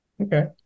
okay